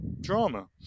drama